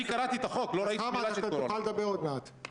תחת הכיסוי של ממשלת חירום או אחדות,